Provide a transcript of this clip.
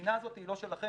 המדינה הזאת היא לא שלכם,